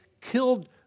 killed